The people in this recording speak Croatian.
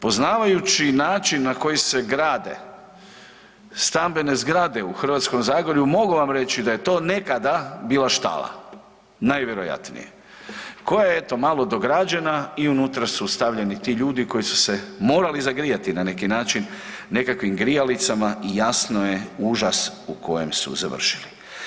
Poznavajući način na koji se grade stambene zgrade u Hrvatskom zagorju mogu vam reći da je to nekada bila štala, najvjerojatnije, koja je eto malo dograđena i unutra su stavljeni ti ljudi koji su se morali zagrijati na neki način nekakvim grijalicama i jasno je užas u kojem su završili.